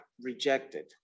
rejected